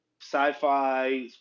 sci-fi